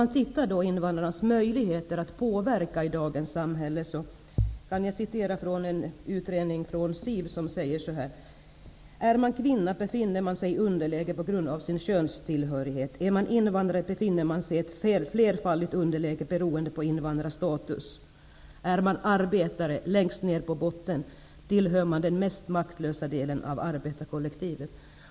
Beträffande invandrarnas möjligheter att påverka i dagens samhälle kan jag citera ur en SIV ''-- Är man kvinna, befinner man sig i underläge på grund av sin könstillhörighet. -- Är man invandrare, befinner man sig i ett flerfaldigt underläge beroende på invandrarstatus. -- Är man arbetare, längst ner på botten, tillhör man den mest maktlösa delen av arbetarkollektivet.''